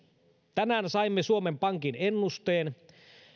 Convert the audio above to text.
tänään saimme suomen pankin ennusteen